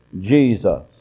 Jesus